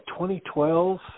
2012